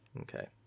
okay